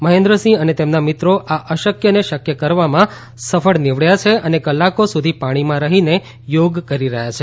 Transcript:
મહેન્દ્રસિંહ અને તેમના મિત્રો આ અશક્ય ને શક્ય કરવામાં સફળ નીવબ્યા છે અને કલાકો સુધી પાણીમાં રહીને આ યોગ કરી રહ્યા છે